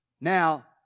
Now